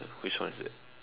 which one is that